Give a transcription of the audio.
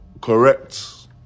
correct